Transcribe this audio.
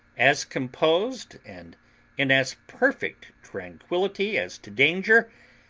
as composed, and in as perfect tranquillity as to danger,